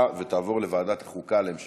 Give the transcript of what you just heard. הרחבת הגדרת בן משפחה לעניין התיישנות עבירות מין